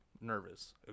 Nervous